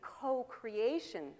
co-creation